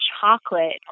chocolate